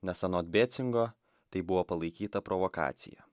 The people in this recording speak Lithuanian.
nes anot becingo tai buvo palaikyta provokacija